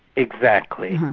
exactly.